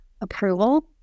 approval